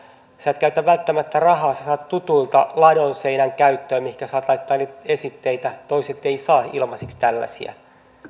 sinä et käytä välttämättä rahaa vaan saat tutuilta käyttöön ladonseinän mihinkä saat laittaa esitteitä toiset eivät saa ilmaiseksi tällaisia